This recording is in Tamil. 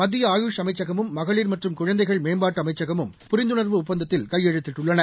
மத்திய ஆயுஷ் அமைச்சகமும் மகளிர் மற்றும் குழந்தைகள் மேம்பாட்டு அமைச்சகமும் புரிந்துணர்வு ஒப்பந்தத்தில் கையெழுத்திட்டுள்ளன